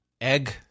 egg